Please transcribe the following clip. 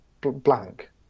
blank